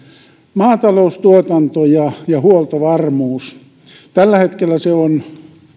maataloustuotanto ja ja huoltovarmuus tällä hetkellä se on